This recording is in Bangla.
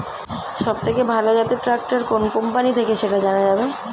সবথেকে ভালো জাতের ট্রাক্টর কোন কোম্পানি থেকে সেটা জানা যাবে?